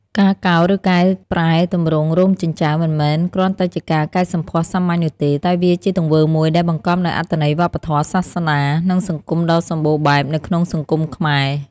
ការកោរ ឬកែប្រែទម្រង់រោមចិញ្ចើម មិនមែនគ្រាន់តែជាការកែសម្ផស្សសាមញ្ញនោះទេ តែវាជាទង្វើមួយដែលបង្កប់នូវអត្ថន័យវប្បធម៌ សាសនា និងសង្គមដ៏សម្បូរបែបនៅក្នុងសង្គមខ្មែរ។